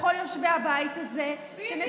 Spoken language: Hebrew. לכל יושבי הבית הזה, ביבי רצה לשבת איתם.